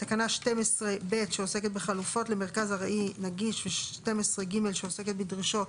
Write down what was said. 12ב , 12ג (דרישות